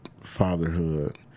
fatherhood